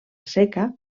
seca